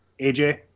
AJ